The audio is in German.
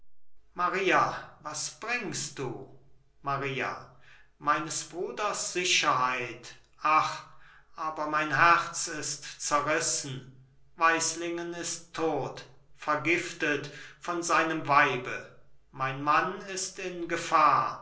maria was bringst du maria meines bruders sicherheit ach aber mein herz ist zerrissen weislingen ist tot vergiftet von seinem weibe mein mann ist in gefahr